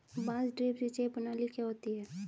बांस ड्रिप सिंचाई प्रणाली क्या होती है?